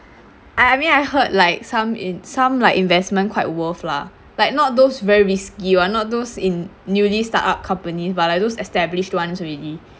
I I mean I heard like some in~ some like investment quite worth lah like not those very risky [one] not those in newly startup companies but like those established ones already